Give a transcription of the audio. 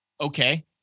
Okay